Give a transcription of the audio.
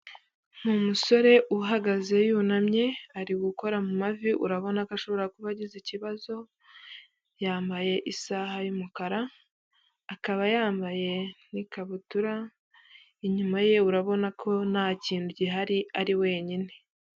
Umusore uhagaze yunamye ari gukora mu mavi urabona ko ashobora kuba agize ikibazo, yambaye isaha y'umukara, akaba yambaye ikabutura, inyuma ye urabona ko nta kintu gihari ari wenyine.